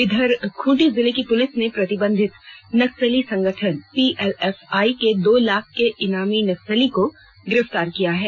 इधर खूंटी जिले की पुलिस ने प्रतिबंधित नक्सली संगठन पीएलएफआई के दो लाख के इनामी नक्सली को गिरफ्तार किया है